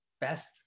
best